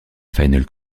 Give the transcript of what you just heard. final